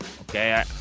okay